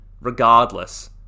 regardless